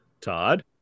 Todd